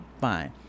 Fine